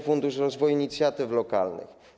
Fundusz Rozwoju Inicjatyw Lokalnych.